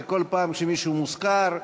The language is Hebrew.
שכל פעם שמישהו מוזכר,